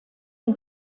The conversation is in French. une